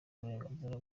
uburenganzira